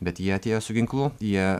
bet jie atėjo su ginklu jie